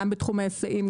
בתחומי היסעים,